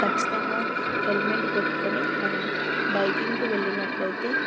ఖచ్చితంగా హెల్మెట్ పెట్టుకొని మనం బైకింగ్కి వెళ్ళినట్లయితే